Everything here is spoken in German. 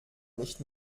nicht